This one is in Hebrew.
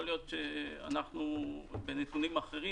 יכול להיות שאנחנו בנתונים אחרים,